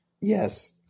Yes